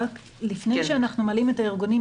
לפני שמעלים את הארגונים,